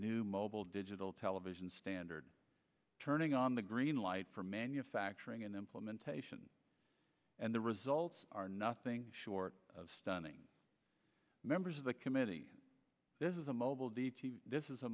new mobile digital television standard turning on the green light for manufacturing and implementation and the results are nothing short of stunning members of the committee this is a mobile this is a